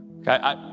Okay